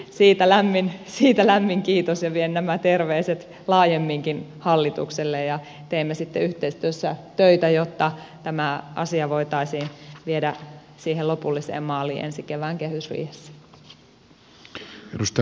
siitä lämmin kiitos ja vien nämä terveiset laajemminkin hallitukselle ja teemme sitten yhteistyössä töitä jotta tämä asia voitaisiin viedä siihen lopulliseen maaliin ensi kevään kehysriihessä